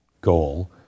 goal